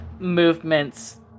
Movements